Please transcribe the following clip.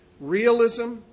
realism